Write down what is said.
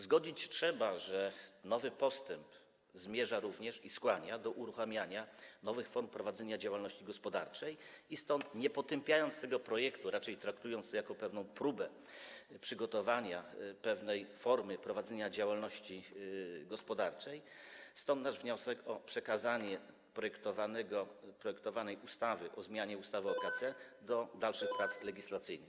Zgodzić się trzeba, że postęp zmierza również i skłania do uruchamiania nowych form prowadzenia działalności gospodarczej i stąd, nie potępiając tego projektu, raczej traktując to jako pewną próbę przygotowania jakiejś formy prowadzenia działalności gospodarczej, składamy wniosek o przekazanie projektowanej ustawy o zmianie ustawy k.s.h. do dalszych prac legislacyjnych.